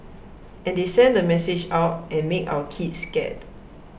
and they send the message out and make our kids scared